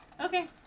Okay